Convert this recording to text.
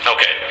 Okay